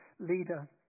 leader